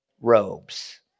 robes